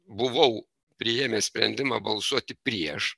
buvau priėmęs sprendimą balsuoti prieš